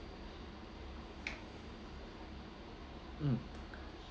mm